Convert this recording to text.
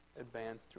advance